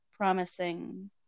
promising